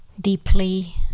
deeply